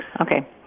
Okay